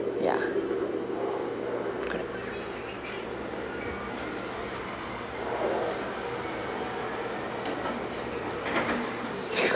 ya correct